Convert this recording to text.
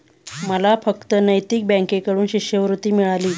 मला फक्त नैतिक बँकेकडून शिष्यवृत्ती मिळाली